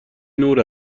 نور